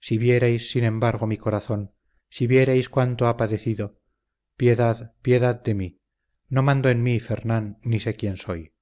si vierais sin embargo mi corazón si vierais cuánto ha padecido piedad piedad de mí no mando en mí fernán ni sé quién soy